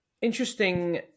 interesting